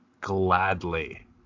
gladly